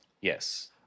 Yes